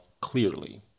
clearly